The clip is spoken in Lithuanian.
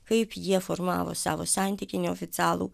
kaip jie formavo savo santykį neoficialų